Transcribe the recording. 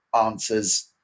answers